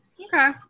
Okay